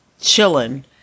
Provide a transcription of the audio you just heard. chilling